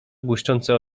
błyszczące